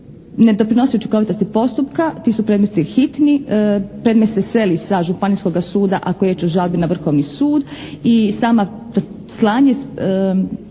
ne doprinosi učinkovitosti postupka. Ti su predmeti hitni, predmet se seli sa županijskoga suda, ako je riječ o žalbi, na Vrhovni sud i sama slanje